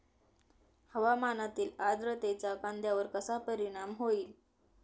हवामानातील आर्द्रतेचा कांद्यावर कसा परिणाम होईल?